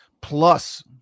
plus